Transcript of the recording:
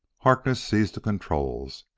harkness seized the controls,